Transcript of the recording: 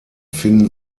finden